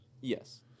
Yes